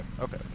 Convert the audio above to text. okay